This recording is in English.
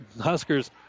Huskers